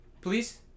please